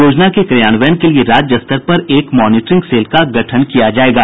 योजना के क्रियान्वयन के लिए राज्य स्तर पर एक मॉनिटरिंग सेल का गठन किया जायेगा